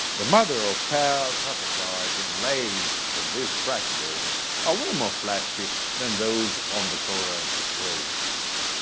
the mother of pearl trapezoid inlays of this fretboard are way more flashy than those on the current reissues.